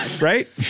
right